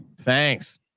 thanks